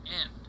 end